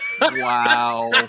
Wow